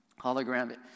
hologram